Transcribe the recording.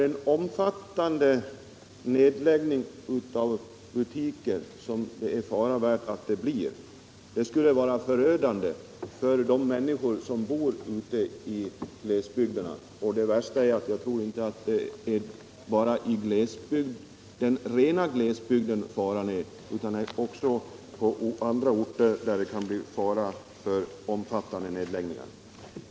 En omfattande nedläggning av butiker — som det är fara värt att vi får — skulle vara förödande för de människor som bor ute i glesbygderna. Det värsta är att jag tror att den faran inte finns bara i den rena glesbygden, utan det finns risk för omfattande nedläggningar också i andra orter.